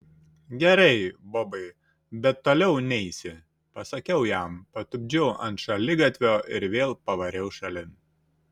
gerai bobai bet toliau neisi pasakiau jam patupdžiau ant šaligatvio ir vėl pavariau šalin